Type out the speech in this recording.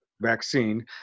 vaccine